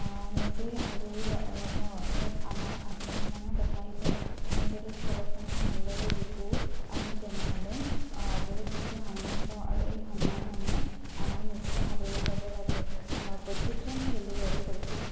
নিজে আজৰি লওঁ ইয়াত আমাৰ আত্মসন্মানৰ কথা আহি পৰে আমি যদি খেল এখনত ভালদৰে জিকোঁ আমি তেনেহ'লে বহুত বেছি সন্মান পাওঁ আৰু এই সন্মানসমূহ আমি নিজে আদৰি ল'ব লাগে প্ৰত্যেকজন খেলুৱৈ প্ৰত্যেক